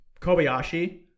Kobayashi